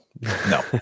No